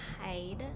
hide